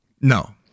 No